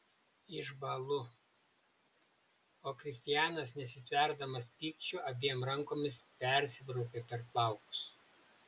išbąlu o kristianas nesitverdamas pykčiu abiem rankomis persibraukia per plaukus